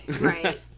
Right